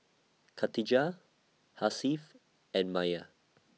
Khatijah Hasif and Maya